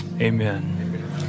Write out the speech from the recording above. amen